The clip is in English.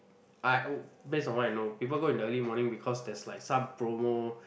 I oh based on what I know people go in the early morning because there's like some promo